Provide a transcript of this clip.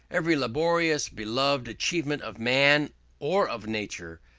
every laborious beloved achievement of man or of nature,